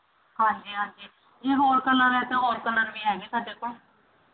ਹਾਂਜੀ ਹਾਂਜੀ ਜੇ ਹੋਰ ਕਲਰ ਹੈ ਤਾਂ ਹੋਰ ਕਲਰ ਵੀ ਹੈਗੇ ਸਾਡੇ ਕੋਲ